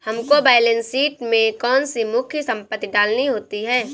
हमको balance sheet में कौन कौन सी मुख्य संपत्ति डालनी होती है?